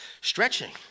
Stretching